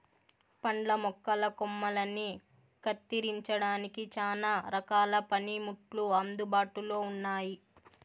పండ్ల మొక్కల కొమ్మలని కత్తిరించడానికి చానా రకాల పనిముట్లు అందుబాటులో ఉన్నయి